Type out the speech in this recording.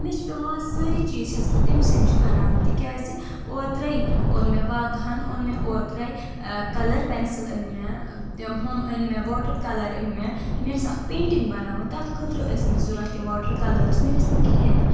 مےٚ چھ پیٚوان سٲری چیٖز چھَس بہٕ تٔمۍ سی نِش اَنان تِکیازِ اوترے اوٚن مےٚ واقعہن اوٚن مےٚ اوترے کَلر پیٚنٛسل أنۍ مےٚ تِم ہُم أنۍ مےٚ واٹر کَلر أنۍ مےٚ أسۍ اکھ پینٛٹنٛگ بَناؤنۍ تَتھ خٲطرٕ أسۍ مےٚ ضروٗرَت تِم واٹر کَلٔرٕس مےٚ ٲسۍ نہٕ کِہنٛۍ نہٕ